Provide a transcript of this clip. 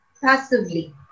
passively